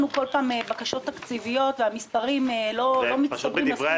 בקשות תקציביות והמספרים לא מסתדרים.